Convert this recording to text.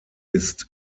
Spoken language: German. ist